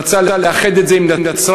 רצה לאחד את זה עם נצרת,